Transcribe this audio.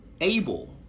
able